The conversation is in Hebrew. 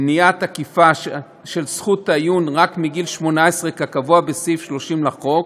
מניעת עקיפה של זכות העיון רק מגיל 18 כקבוע בסעיף 30 לחוק,